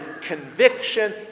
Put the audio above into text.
conviction